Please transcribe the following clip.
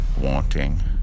wanting